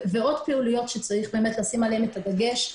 עוד פעילויות שצריך לשים עליהם את הדגש,